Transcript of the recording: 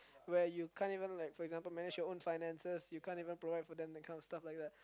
where you can't even like for example manage your own finances you can't even provide for them that kind of stuff like that